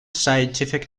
scientific